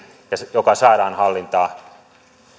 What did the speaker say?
joka saadaan hallintaan